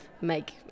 make